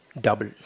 Double